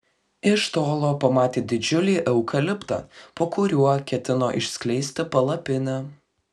iš tolo pamatė didžiulį eukaliptą po kuriuo ketino išskleisti palapinę